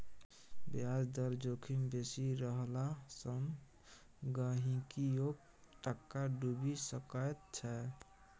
ब्याज दर जोखिम बेसी रहला सँ गहिंकीयोक टाका डुबि सकैत छै